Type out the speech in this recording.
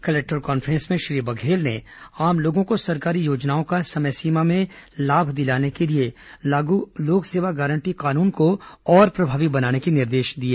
collector conference में श्री बघेल ने आम लोगों को सरकारी योजनाओं का समय सीमा में लाभ दिलाने के लिए लागू लोक सेवा गारंटी कानून को और प्रभावी बनाने के निर्देश दिए